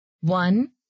One